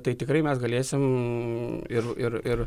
tai tikrai mes galėsim ir ir ir